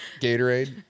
Gatorade